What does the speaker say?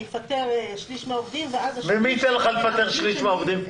לפטר שליש מהעובדים ואז --- מי ייתן לך לפטר שליש מהעובדים?